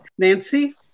Nancy